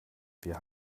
wir